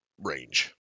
range